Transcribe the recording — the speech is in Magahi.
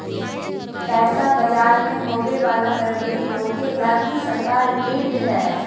पैसा बाजार मे होवे वाला गड़बड़ी रोके लगी सरकार ढृढ़ हय